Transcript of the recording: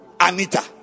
Anita